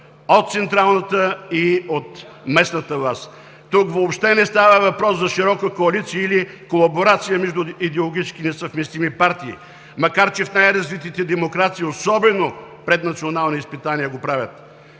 от централната и от местната власт. Тук въобще не става въпрос за широка коалиция или колаборация между идеологически несъвместими партии, макар че в най-развитите демокрации, особено пред национални изпитания, го правят.